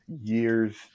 years